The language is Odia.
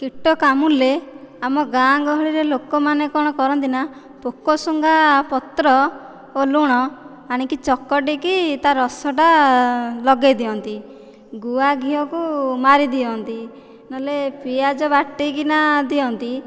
କୀଟ କାମୁଡ଼ିଲେ ଆମ ଗାଁ ଗହଳିରେ ଲୋକମାନେ କ'ଣ କରନ୍ତି ନା ପୋକଶୁଙ୍ଘା ପତ୍ର ଓ ଲୁଣ ଆଣିକି ଚକଟିକି ତା ରସ ଟା ଲଗେଇଦିଅନ୍ତି ଗୁଆଘିଅକୁ ମାରିଦିଅନ୍ତି ନହେଲେ ପିଆଜ ବାଟିକି ନା ଦିଅନ୍ତି